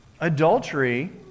adultery